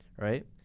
right